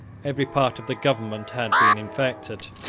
every part of the government had been infected.